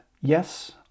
Yes